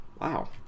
Wow